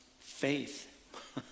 faith